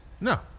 no